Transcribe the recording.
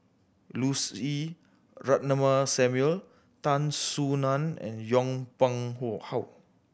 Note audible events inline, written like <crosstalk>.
Lucy Ratnammah Samuel Tan Soo Nan and Yong Pung <unintelligible> How